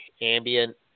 ambient